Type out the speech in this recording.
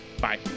Bye